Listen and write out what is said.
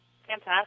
Fantastic